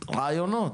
רעיונות.